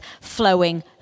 flowing